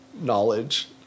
knowledge